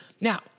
now